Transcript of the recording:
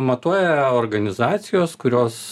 matuoja organizacijos kurios